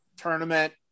tournament